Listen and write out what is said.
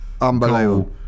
unbelievable